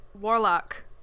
Warlock